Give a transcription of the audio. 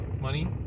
money